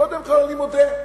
קודם כול, אני מודה: